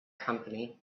company